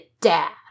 dad